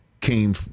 came